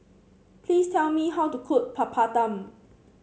please tell me how to cook Papadum